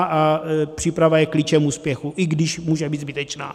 A příprava je klíčem k úspěchu, i když může být zbytečná.